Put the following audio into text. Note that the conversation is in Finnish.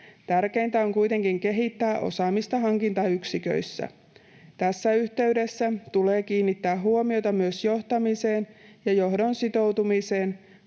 Tärkeintä on kuitenkin kehittää osaamista hankintayksiköissä. Tässä yhteydessä tulee kiinnittää huomiota myös johtamiseen ja johdon sitoutumiseen.